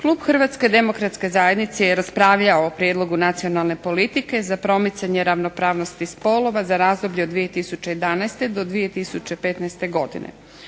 Klub HDZ-a je raspravljao o prijedlogu nacionalne politike za promicanje ravnopravnosti spolova za razdoblje od 2011. do 2015. godine.